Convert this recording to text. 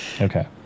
Okay